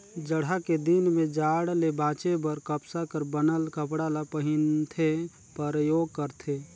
जड़हा के दिन में जाड़ ले बांचे बर कपसा कर बनल कपड़ा ल पहिनथे, परयोग करथे